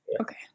Okay